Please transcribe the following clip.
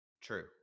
True